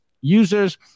users